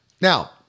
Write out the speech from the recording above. Now